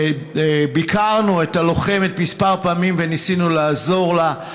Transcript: ביקרנו את הלוחמת כמה פעמים וניסינו לעזור לה.